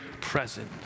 present